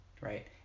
Right